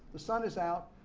the sun is out,